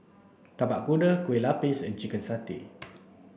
tapak kuda kueh lapis and chicken satay